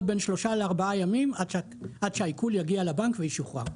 בין שלושה לארבעה ימים עד שהעיקול יגיע לבנק וישוחרר.